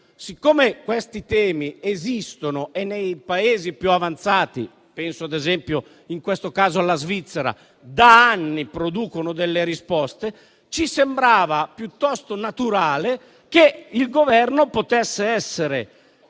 Siccome questi temi esistono e nei Paesi più avanzati (penso ad esempio alla Svizzera) da anni producono delle risposte, ci sembrava piuttosto naturale che il Governo potesse essere